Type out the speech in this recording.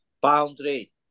boundary